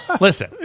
Listen